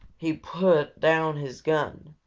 he put down his gun,